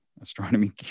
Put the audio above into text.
astronomy